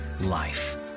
life